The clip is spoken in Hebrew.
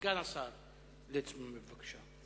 סגן השר יעקב ליצמן, בבקשה.